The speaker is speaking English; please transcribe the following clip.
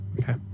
Okay